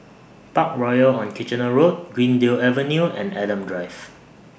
Parkroyal on Kitchener Road Greendale Avenue and Adam Drive